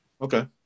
Okay